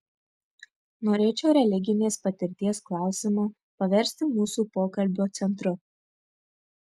norėčiau religinės patirties klausimą paversti mūsų pokalbio centru